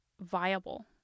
viable